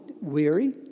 weary